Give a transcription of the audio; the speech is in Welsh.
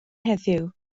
heddiw